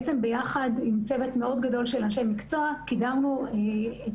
ביחד עם צוות מאוד גדול של אנשי מקצוע קידמנו את